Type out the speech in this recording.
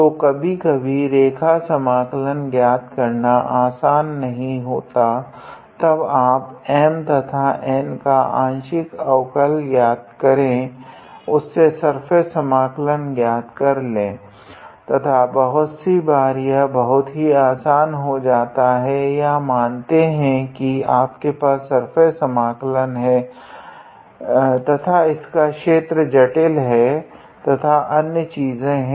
तो कभी कभी रेखा समाकलन ज्ञात करना असं नहीं होता तब आप M तथा N का आंशिक अवकल ज्ञात करे उससे सर्फेस समाकलन ज्ञात कर ले तथा बहुत सी बार यह बहुत ही असं हो जाता है या मानते है की आपके पास सर्फेस समाकलन है तथा इसका क्षेत्र जटिल है तथा अन्य चीजे है